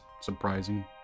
surprising